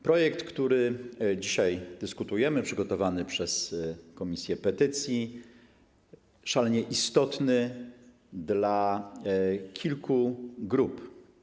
Projekt, nad którym dzisiaj dyskutujemy, przygotowany przez komisję petycji, jest szalenie istotny dla kilku grup.